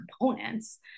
components